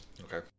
Okay